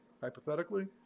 hypothetically